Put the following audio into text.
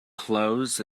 clothes